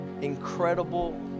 incredible